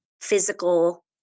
physical